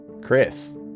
Chris